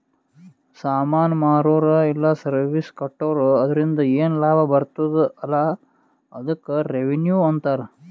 ಸಾಮಾನ್ ಮಾರುರ ಇಲ್ಲ ಸರ್ವೀಸ್ ಕೊಟ್ಟೂರು ಅದುರಿಂದ ಏನ್ ಲಾಭ ಬರ್ತುದ ಅಲಾ ಅದ್ದುಕ್ ರೆವೆನ್ಯೂ ಅಂತಾರ